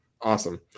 awesome